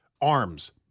arms